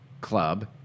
Club